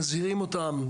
מזהירים אותם,